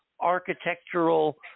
architectural